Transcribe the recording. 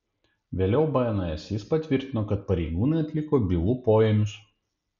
vėliau bns jis patvirtino kad pareigūnai atliko bylų poėmius